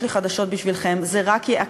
יש לי חדשות בשבילכם: זה רק יעכב.